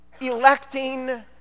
electing